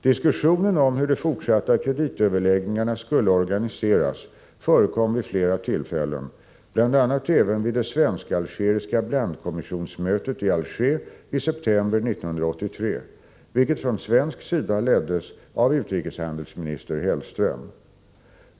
Diskussionen om hur de fortsatta kreditöverläggningarna skulle organiseras förekom vid flera tillfällen, bl.a. även vid det svensk-algeriska blandkommissionsmötet i Alger i september 1983, vilket från svensk sida leddes av utrikeshandelsminister Hellström.